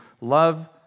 love